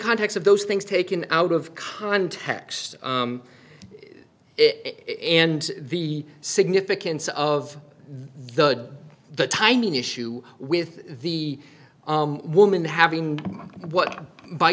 context of those things taken out of context it and the significance of the timing issue with the woman having what by